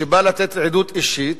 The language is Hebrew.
בא לתת עדות אישית,